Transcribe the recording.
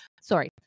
Sorry